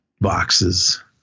boxes